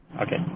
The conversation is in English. Okay